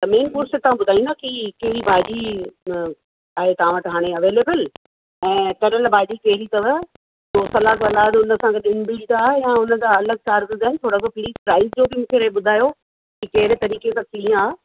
त main course ते तव्हां ॿुधाईंदा का के कहिड़ी भाॼी आहे तव्हां वटि हाणे अवेलेबिल ऐं तरियल भाॼी कहिड़ी अथव ॿियो सलादु वलादु उन सां गॾु इंबिलिड आहे या उनजा अलॻि चार्जिस आहिनि थोरो सो प्लीस प्राईस जो भी मूंखे ॿुधायो की कहिड़े तरीक़े सां कीअं आहे